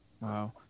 Wow